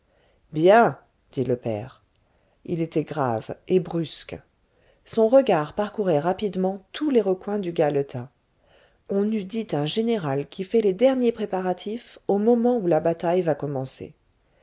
bien dit le père il était grave et brusque son regard parcourait rapidement tous les recoins du galetas on eût dit un général qui fait les derniers préparatifs au moment où la bataille va commencer